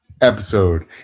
episode